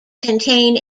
contain